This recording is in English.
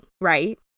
right